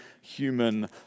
human